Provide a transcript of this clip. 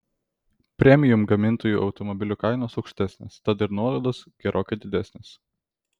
premium gamintojų automobilių kainos aukštesnės tad ir nuolaidos gerokai didesnės